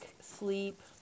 sleep